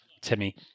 Timmy